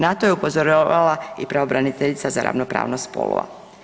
Na to je upozoravala i pravobraniteljica za ravnopravnost spolova.